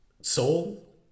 soul